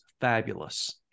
fabulous